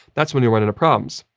that's when you run into problems.